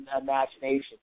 imagination